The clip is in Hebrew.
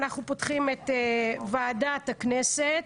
אנחנו פותחים את ישיבת ועדת הכנסת.